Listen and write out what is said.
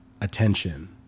attention